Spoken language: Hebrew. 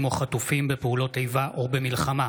או חטופים בפעולת איבה או במלחמה,